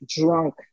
drunk